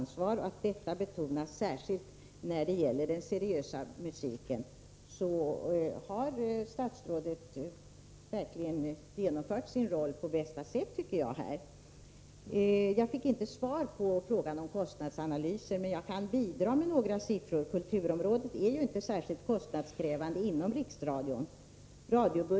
Syftet var att underlätta industrins rekrytering, men även att göra allmänna insatser i syfte att stimulera intresset för industriarbete och sprida kännedom om industrins villkor. Kvinnornas situation på arbetsmarknaden och flickornas utbildningsoch yrkesval uppmärksammades särskilt.